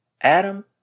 Adam